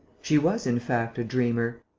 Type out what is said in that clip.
she was, in fact, a dreamer.